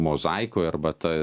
mozaikoj arba ta